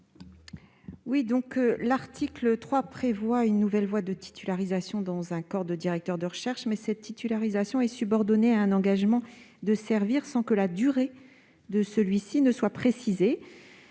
Robert. L'article 3 prévoit une nouvelle voie de titularisation dans un corps de directeur de recherche. Cette titularisation est subordonnée à un engagement de servir sans que la durée de celui-ci ne soit précisée.